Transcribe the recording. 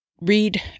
read